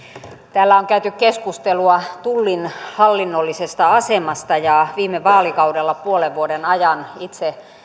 täällä on käyty keskustelua tullin hallinnollisesta asemasta ja viime vaalikaudella puolen vuoden ajan itse